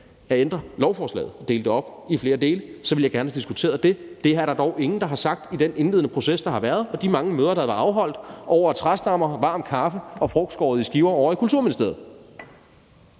at ændre lovforslaget, dele det op i flere dele, ville jeg gerne have diskuteret det. Men det er der dog ingen der har sagt i den indledende proces, der har været, og de mange møder, der har været afholdt over træstammer, varm kaffe og frugt skåret i skiver ovre i Kulturministeriet.